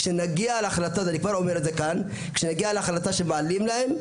כשנגיע להחלטה שמעלים להם,